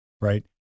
right